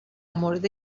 مورد